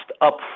up